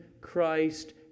Christ